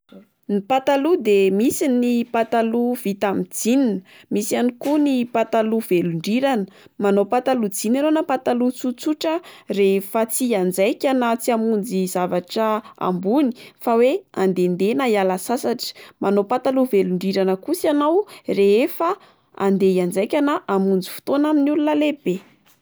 Ny pataloa de misy ny patalo vita amin'ny jean, misy ihany koa ny patalo velon-drirana. Manao patalo jean enao na patalo tsotsotra a rehefa tsy hianjaika na tsy amonjy zavatra ambony fa oe andehandeha na oe hiala sasatra. Manao patalo velon-drirana kosa ianao rehefa ande hianjaika na amonjy fotoana amin'ny olona lehibe.